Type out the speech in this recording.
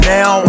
Now